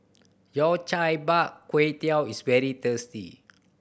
Yao Cai bak kwey teow is very thirsty